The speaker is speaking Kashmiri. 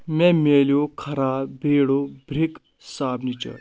مےٚ مِلٮ۪و خراب بِیرڈو بریِک صابنہِ چٲٹۍ